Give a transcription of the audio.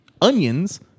onions